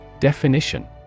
Definition